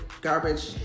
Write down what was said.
garbage